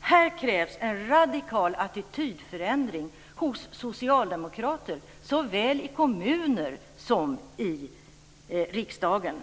Här krävs det en radikal attitydförändring hos socialdemokrater såväl i kommuner som i riksdagen.